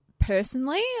Personally